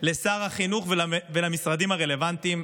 לשר החינוך ולמשרדים הרלוונטיים,